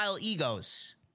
egos